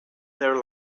their